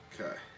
Okay